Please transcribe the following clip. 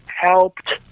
helped